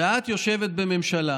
ואת יושבת בממשלה